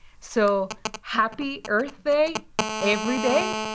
so happy earth day every day.